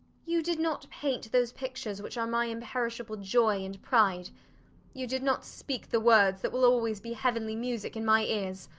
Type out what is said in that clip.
you did not paint those pictures which are my imperishable joy and pride you did not speak the words that will always be heavenly music in my ears.